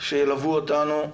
שילוו אותנו,